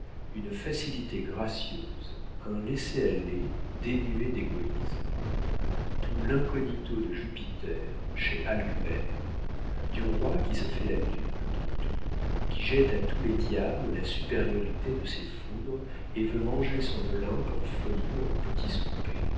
une facilité gracieuse un laissez-aller dénué d'égoïsme tout l'incognito de jupiter chez alcmène du roi qui se fait la dupe de tout qui jette à tous les diables la supériorité de ses foudres et veut manger son olympe en folies en petits soupers